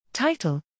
Title